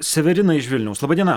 severina iš vilniaus laba diena